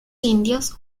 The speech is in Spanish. indios